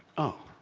oh!